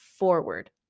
forward